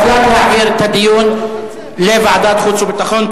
הוחלט להעביר את הדיון לוועדת החוץ והביטחון.